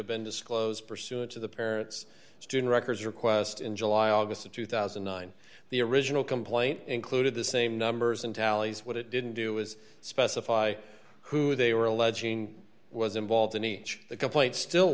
have been disclosed pursuant to the parents student records request in july august of two thousand and nine the original complaint included the same numbers in tallies what it didn't do is specify who they were alleging was involved in each the complaint still